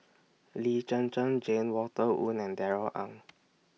Lee Zhen Zhen Jane Walter Woon and Darrell Ang